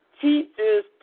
teachers